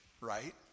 right